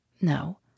No